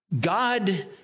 God